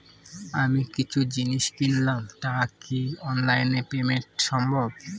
আমি কিছু জিনিস কিনলাম টা কি অনলাইন এ পেমেন্ট সম্বভ?